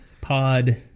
Pod